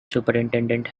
superintendent